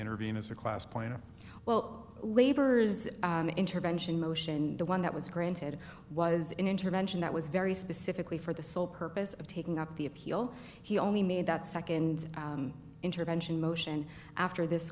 intervene as a class planner well labor's intervention motion the one that was granted it was an intervention that was very specifically for the sole purpose of taking up the appeal he only made that nd intervention motion after this